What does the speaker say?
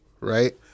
right